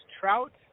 trout